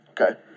okay